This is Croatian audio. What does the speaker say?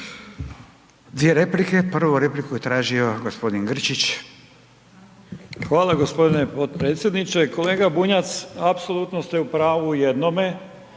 Dvije replike. Prvu repliku je tražio gospodin Grčić. **Grčić, Branko (SDP)** Hvala gospodine potpredsjedniče. Kolega Bunjac apsolutno ste u pravu u jednome,